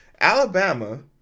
Alabama